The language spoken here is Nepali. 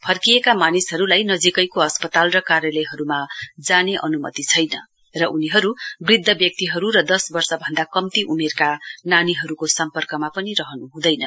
फर्किएका मानिसहरूलाई नजीकैको अस्पताल र कार्यालयहरूमा जाने अनुमति छैन र उनीहरू वृद्ध व्यक्तिहरू र दश वर्षभन्दा कम्ती उमेरका नानीहरूको सम्पर्कमा पनि रहनु हुँदैन